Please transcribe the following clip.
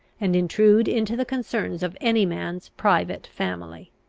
and intrude into the concerns of any man's private family.